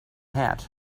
hat